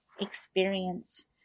experience